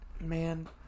Man